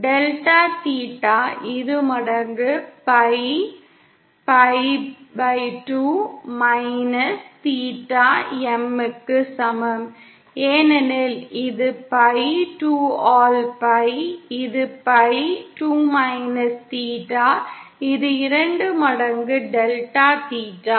delta theta இருமடங்கு pi pi 2 minus theta M க்கு சமம் ஏனெனில் இது பை 2 ஆல் பை இது பை 2 மைனஸ் தீட்டா இது இரண்டு மடங்கு டெல்டா தீட்டா